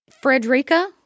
Frederica